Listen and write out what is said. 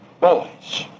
Boys